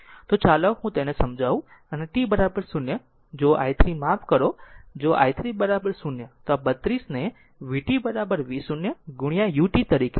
તો ચાલો હું તેને સમજાવું અને t 0 જો i 3 માફ કરો જો i 3 0 તો આ 32ને vt v0 u t તરીકે લખી શકાય છે